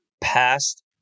past